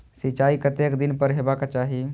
सिंचाई कतेक दिन पर हेबाक चाही?